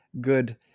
good